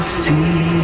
see